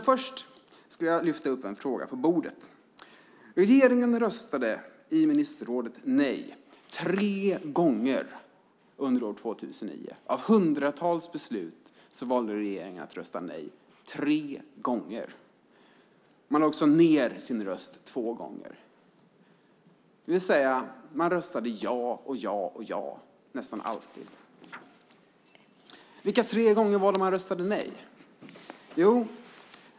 Först ska jag lyfta upp en fråga på bordet. Regeringen röstade nej tre gånger i ministerrådet under 2009. Av hundratals beslut valde regeringen att rösta nej till tre. Man lade också ned sin röst två gånger. Man röstade alltså ja nästan varenda gång. Vilka gånger röstade man nej?